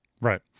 Right